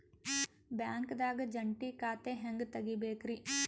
ಬ್ಯಾಂಕ್ದಾಗ ಜಂಟಿ ಖಾತೆ ಹೆಂಗ್ ತಗಿಬೇಕ್ರಿ?